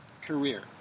career